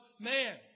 Man